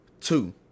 Two